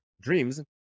dreams